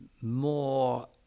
more